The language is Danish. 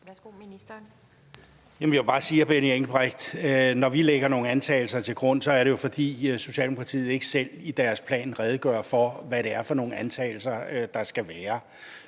hr. Benny Engelbrecht, at når vi lægger nogle antagelser til grund, er det jo, fordi Socialdemokratiet ikke selv i deres plan redegør for, hvad det er for nogle antagelser, der skal være.